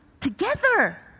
together